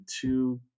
two